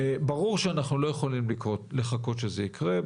ברור שאנחנו לא יכולים לחכות שזה יקרה.